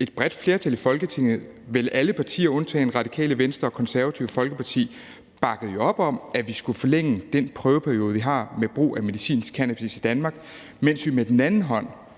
et bredt flertal i Folketinget – vel alle partier undtagen Radikale Venstre og Det Konservative Folkeparti – bakkede op om, at vi skulle forlænge den prøveperiode, vi har med brug af medicinsk cannabis i Danmark, mens vi med den anden hånd